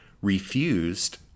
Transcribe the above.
refused